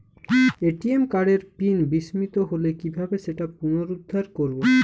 ATM কার্ডের pin বিস্মৃত হলে কীভাবে সেটা পুনরূদ্ধার করব?